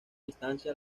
instancia